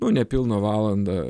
nu nepilną valandą